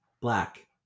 Black